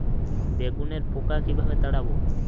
বেগুনের পোকা কিভাবে তাড়াব?